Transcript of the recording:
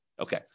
Okay